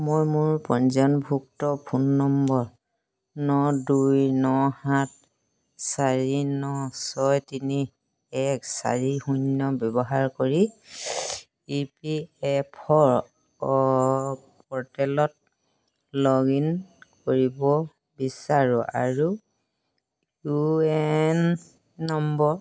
মই মোৰ পঞ্জীয়নভুক্ত ফোন নম্বৰ ন দুই ন সাত চাৰি ন ছয় তিনি এক চাৰি শূন্য ব্যৱহাৰ কৰি ই পি এফ অ' প'ৰ্টেলত লগ ইন কৰিব বিচাৰো আৰু ইউ এ এন নম্বৰ